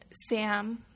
sam